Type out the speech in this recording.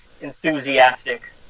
enthusiastic